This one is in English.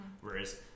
Whereas